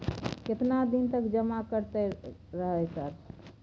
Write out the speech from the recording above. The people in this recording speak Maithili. केतना दिन तक जमा करते रहे सर?